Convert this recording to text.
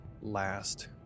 last